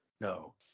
no